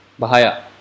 Bahaya